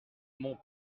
mon